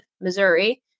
Missouri